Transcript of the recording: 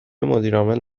مدیرعامل